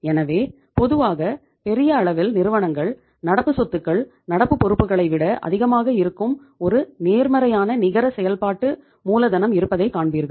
எனவே பொதுவாக பெரிய அளவில் நிறுவனங்கள் நடப்பு சொத்துக்கள் நடப்பு பொறுப்புகளை விட அதிகமாக இருக்கும் ஒரு நேர்மறையான நிகர செயல்பாட்டு மூலதனம் இருப்பதை காண்பீர்கள்